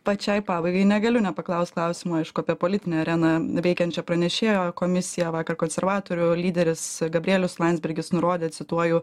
pačiai pabaigai negaliu nepaklaust klausimo aišku apie politinę areną veikiančią pranešėjo komisiją vakar konservatorių lyderis gabrielius landsbergis nurodė cituoju